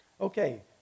Okay